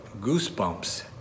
goosebumps